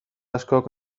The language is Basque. askok